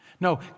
No